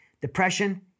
depression